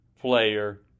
player